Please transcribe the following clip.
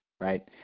right